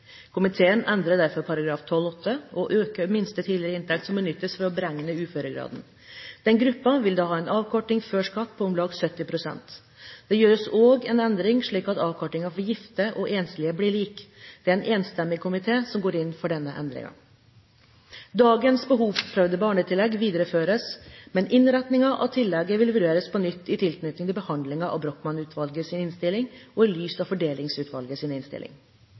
Komiteen endrer derfor § 12-8 og øker minste tidligere inntekt som benyttes for å beregne uføregraden. Denne gruppen vil da ha en avkorting før skatt på om lag 70 pst. Det gjøres også en endring slik at avkortingen for gifte og enslige blir lik. Det er en enstemmig komité som går inn for denne endringen. Dagens behovsprøvde barnetillegg videreføres, men innretningen av tillegget vil vurderes på nytt i tilknytning til behandlingen av Brochmann-utvalgets innstilling, og i lys av Fordelingsutvalgets innstilling.